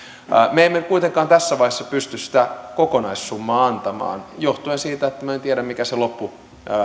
me emme kuitenkaan tässä vaiheessa pysty sitä kokonaissummaa antamaan johtuen siitä että minä en tiedä mikä se